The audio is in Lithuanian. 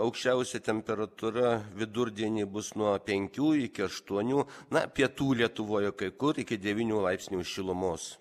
aukščiausia temperatūra vidurdienį bus nuo penkių iki aštuonių na pietų lietuvoje kai kur iki devynių laipsnių šilumos